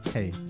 Hey